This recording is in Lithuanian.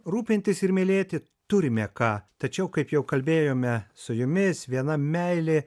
rūpintis ir mylėti turime ką tačiau kaip jau kalbėjome su jumis viena meilė